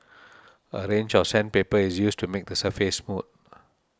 a range of sandpaper is used to make the surface smooth